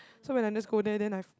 so when I'm just go there then I f~